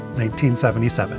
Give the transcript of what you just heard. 1977